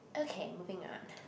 okay moving on